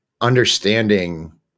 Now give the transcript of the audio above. understanding